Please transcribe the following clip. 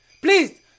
Please